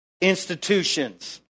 institutions